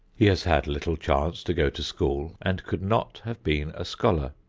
he has had little chance to go to school and could not have been a scholar,